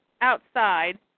outside